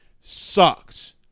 sucks